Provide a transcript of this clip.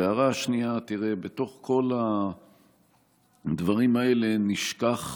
הערה שנייה, בתוך כל הדברים האלה נשכח